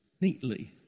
neatly